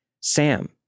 Sam